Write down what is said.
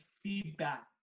feedback